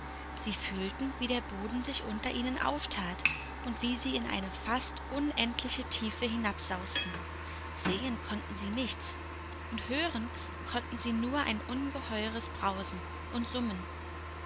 sie fühlten wie der boden sich unter ihnen auftat und wie sie in eine fast unendliche tiefe hinabsausten sehen konnten sie nichts und hören konnten sie nur ein ungeheures brausen und summen